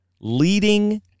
leading